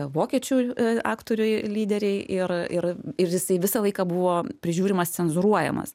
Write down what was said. vokiečių aktoriai lyderiai ir ir ir jisai visą laiką buvo prižiūrimas cenzūruojamas